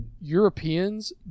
Europeans